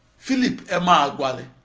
philip emeagwali,